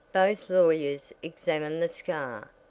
both lawyers examined the scar.